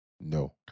No